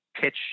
pitch